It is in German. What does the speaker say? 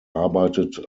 arbeitet